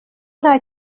nta